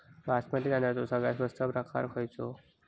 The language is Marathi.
बासमती तांदळाचो सगळ्यात स्वस्त प्रकार खयलो?